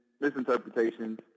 misinterpretations